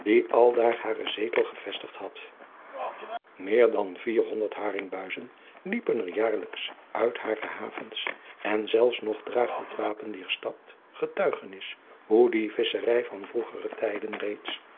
die aldaar haren zetel gevestigd had meer dan vierhonderd haringbuizen liepen er jaarlijks uit hare havens en zelfs nog draagt het wapen dier stad getuigenis hoe die visscherij van vroegere tijden reeds